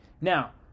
Now